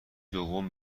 دوم